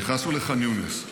נכנסנו לח'אן יונס,